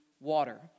water